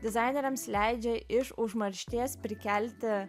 dizaineriams leidžia iš užmaršties prikelti